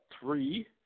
three